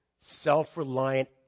self-reliant